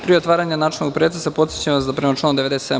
Pre otvaranja načelnog pretresa podsećam vas da prema članu 97.